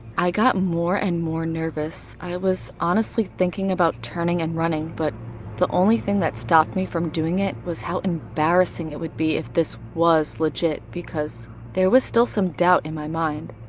i got more and more nervous. i was honestly thinking about turning and running, but the only thing that stopped me from doing it was how embarrassing it would be if this was legit, because there was still some doubt in my mind.